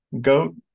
Goat